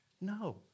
No